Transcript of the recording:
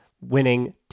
winning